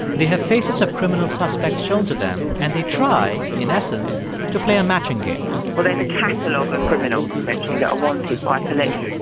they have faces of criminal suspects shown to them and they try, in essence to play a matching game well, there's a catalog of criminals, essentially, that are wanted by police.